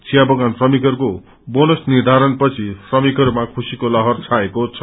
चियाबगान श्रमिकहरूको बोनस निर्धारणपछि श्रमिकहरूमा खुशीको लहर छाएको छ